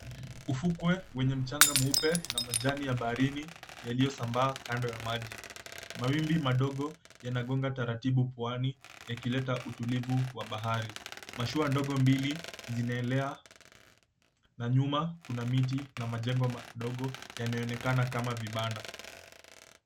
Ufukwe wenye mchanga mweupe na majani ya baharini yaliyosambaa kando ya maji, mawimbi madogo yanagonga taratibu Pwani ikileta utulivu wa bahari. Mashua ndogo mbili zinaelea na nyuma kuna miti na majengo madogo yanayoonekana kama vibanda.